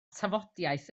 tafodiaith